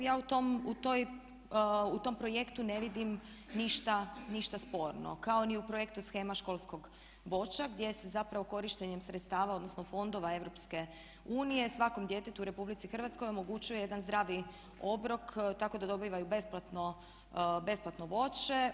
Ja u tom projektu ne vidim ništa sporno kao ni u projektu shema školskog voća gdje se zapravo korištenjem sredstava odnosno fondova EU svakom djetetu u RH omogućuje jedan zdravi obrok, tako da dobivaju besplatno voće.